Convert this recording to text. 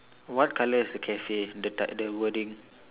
what colour is the cafe the t~ the wording